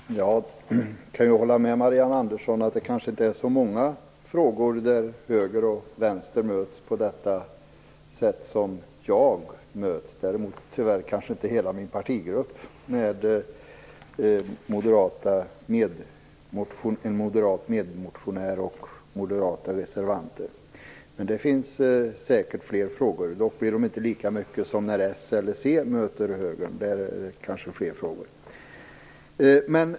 Fru talman! Jag kan hålla med Marianne Andersson om att det kanske inte är så många frågor där höger och vänster möts på detta sätt. Däremot kanske inte hela min partigrupp håller med min moderata medmotionär och de moderata reservanterna. Men det finns säkert flera frågor, dock inte lika många som när Socialdemokraterna eller Centerpartiet möter högern. Där är det kanske fler frågor.